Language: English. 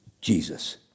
Jesus